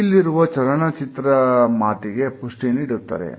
ಇಲ್ಲಿರುವ ಚಲನಚಿತ್ರ ಮಾತಿಗೆ ಪುಷ್ಟಿ ನೀಡುತ್ತದೆ